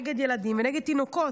נגד ילדים ונגד תינוקות.